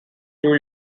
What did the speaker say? two